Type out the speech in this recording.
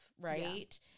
right